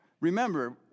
Remember